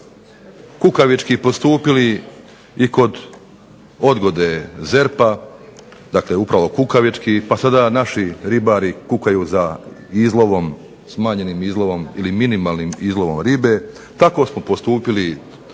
kukavički postupili i kod odgode ZERP-a. Dakle, upravo kukavički pa sada naši ribari kukaju za izlovom, smanjenim izlovom ili minimalnim izlovom ribe. Tako smo postupili kukavički